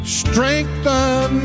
strengthen